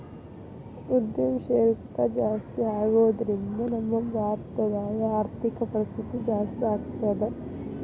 ಉದ್ಯಂಶೇಲ್ತಾ ಜಾಸ್ತಿಆಗೊದ್ರಿಂದಾ ನಮ್ಮ ಭಾರತದ್ ಆರ್ಥಿಕ ಪರಿಸ್ಥಿತಿ ಜಾಸ್ತೇಆಗ್ತದ